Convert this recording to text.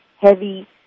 heavy